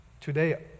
today